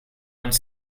one